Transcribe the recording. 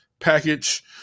package